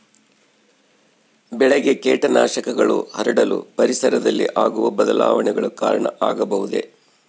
ಬೆಳೆಗೆ ಕೇಟನಾಶಕಗಳು ಹರಡಲು ಪರಿಸರದಲ್ಲಿ ಆಗುವ ಬದಲಾವಣೆಗಳು ಕಾರಣ ಆಗಬಹುದೇ?